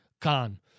Khan